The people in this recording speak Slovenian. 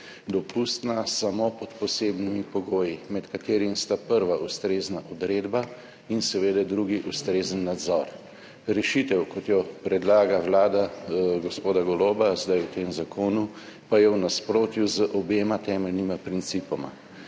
dopustna samo pod posebnimi pogoji, med katerimi sta ustrezna odredba in seveda ustrezen nadzor. Rešitev, kot jo predlaga vlada gospoda Goloba zdaj v tem zakonu, pa je v nasprotju z obema temeljnima principoma.